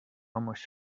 almost